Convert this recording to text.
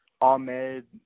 Ahmed